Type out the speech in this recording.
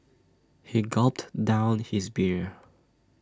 he gulped down his beer